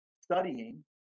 studying